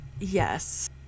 Yes